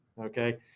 okay